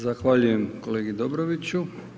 Zahvaljujem kolegi Dobroviću.